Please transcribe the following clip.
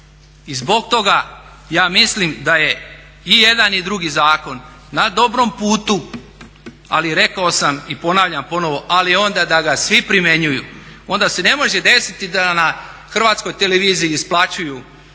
I zbog toga ja mislim da je i jedan i drugi zakon na dobrom putu, ali rekao sam i ponavljam ponovo ali onda da ga svi primjenjuju. Onda se ne može desiti da na HRT-u isplaćuju